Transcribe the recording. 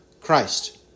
Christ